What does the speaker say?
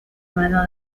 mano